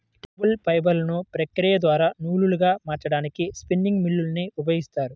textile ఫైబర్లను ప్రక్రియ ద్వారా నూలులాగా మార్చడానికి స్పిన్నింగ్ మ్యూల్ ని ఉపయోగిస్తారు